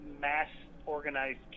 mass-organized